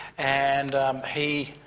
and he,